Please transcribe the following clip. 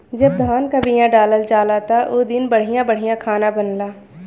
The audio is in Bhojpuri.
जब धान क बिया डालल जाला त उ दिन बढ़िया बढ़िया खाना बनला